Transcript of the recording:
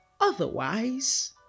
otherwise